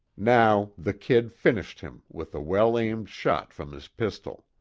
now the kid finished him with a well aimed shot from his pistol.